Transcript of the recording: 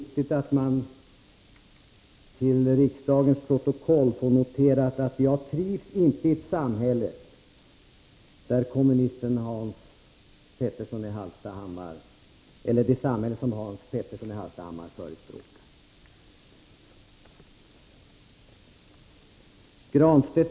Herr talman! Jag tror att det är viktigt att man till riksdagens protokoll får noterat att jag inte trivs i det samhälle som kommunisten Hans Petersson i Hallstahammar förespråkar.